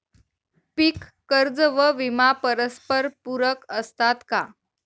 पीक कर्ज व विमा परस्परपूरक असतात का?